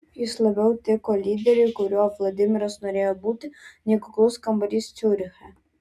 jis labiau tiko lyderiui kuriuo vladimiras norėjo būti nei kuklus kambarys ciuriche